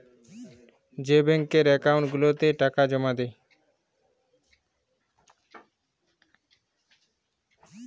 যেই ব্যাংকের একাউল্ট গুলাতে টাকা জমা দেই